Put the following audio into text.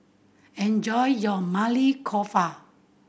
enjoy your Maili Kofta